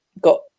got